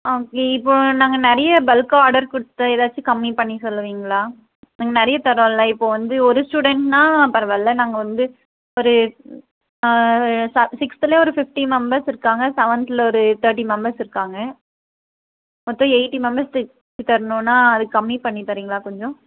ஆ இப்போ நாங்கள் நிறையா பல்க்காக ஆர்டர் கொடுத்து ஏதாச்சு கம்மி பண்ணி சொல்லுவீங்களா நாங்கள் நிறைய தர்றோம்ல இப்போ வந்து ஒரு ஸ்டுடென்ட்ன்னா பரவாயில்ல நாங்கள் வந்து ஒரு சிக்ஸ்தில் ஒரு ஃபிஃப்டி மெம்பர்ஸ் இருக்காங்க செவன்தில் ஒரு தேர்ட்டி மெம்பர்ஸ் இருக்காங்க மொத்தம் எயிட்டி மெம்பர்ஸ் கிட்ட தரணுன்னா அது கம்மி பண்ணி தர்றீங்களா கொஞ்சம்